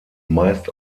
meist